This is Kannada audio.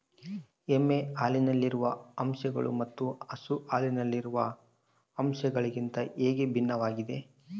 ಎಮ್ಮೆ ಹಾಲಿನಲ್ಲಿರುವ ಅಂಶಗಳು ಮತ್ತು ಹಸು ಹಾಲಿನಲ್ಲಿರುವ ಅಂಶಗಳಿಗಿಂತ ಹೇಗೆ ಭಿನ್ನವಾಗಿವೆ?